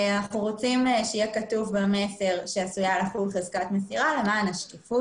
אנחנו רוצים שיהיה כתוב במסר שעשויה לחול חזקת מסירה למען השקיפות.